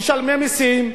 משלמים מסים,